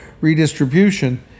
redistribution